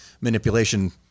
manipulation